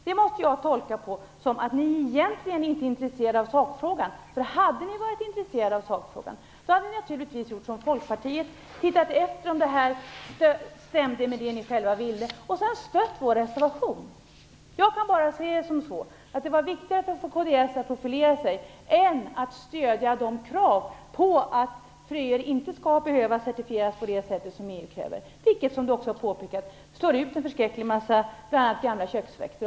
Det måste jag tolka så, att ni egentligen inte är intresserade av sakfrågan. Hade ni varit intresserade av sakfrågan hade ni naturligtvis gjort som Folkpartiet - tittat efter om reservationen stämde med vad ni själva ville och sedan stött vår reservation! Jag kan bara tolka det så, att det var viktigare för kds att profilera sig än att stödja kraven på att fröer inte skall behöva certifieras på det sätt som EU kräver, vilket slår ut bl.a. en väldig massa gamla köksväxter.